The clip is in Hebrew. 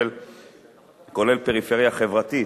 כולל פריפריה חברתית,